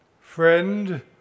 Friend